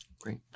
Great